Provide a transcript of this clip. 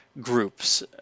groups